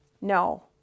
No